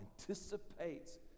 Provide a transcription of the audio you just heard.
anticipates